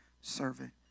servant